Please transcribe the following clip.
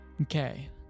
Okay